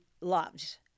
loves